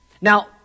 Now